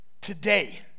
today